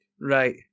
Right